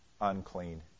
unclean